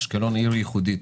אשקלון היא עיר ייחודית.